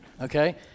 Okay